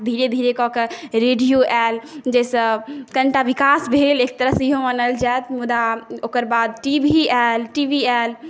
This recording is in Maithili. धीरे धीरे कऽ कऽ रेडिओ आएल जाहिसँ कनिटा विकास भेल एक तरहसँ इहो मानल जाइत मुदा ओकर बाद टी भी आएल टी वी आएल